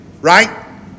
right